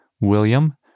William